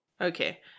Okay